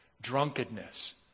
drunkenness